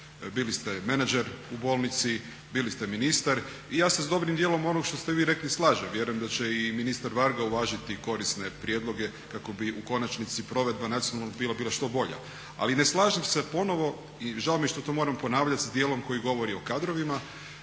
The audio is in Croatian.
bili ste menadžer u bolnici, bili ste ministar i ja se s dobrim dijelom onog što ste vi rekli slažem. Vjerujem da će i ministar Varga uvažiti korisne prijedloge kako bi u konačnici provedba nacionalnog bila što bolja. Ali ne slažem se ponovo, žao mi je što to moram ponavljat sa dijelom koji govori o kadrovima